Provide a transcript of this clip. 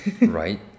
right